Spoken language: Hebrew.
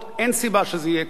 אין סיבה שזה יהיה כך,